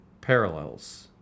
parallels